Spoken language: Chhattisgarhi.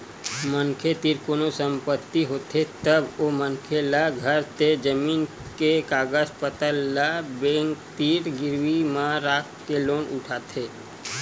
मनखे तीर कोनो संपत्ति होथे तब ओ मनखे ल घर ते जमीन के कागज पतर ल बेंक तीर गिरवी म राखके लोन उठाथे